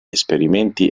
esperimenti